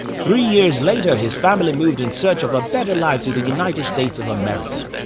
three years later his family moved in search of a better life to the united states of america.